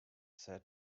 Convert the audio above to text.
said